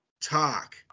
talk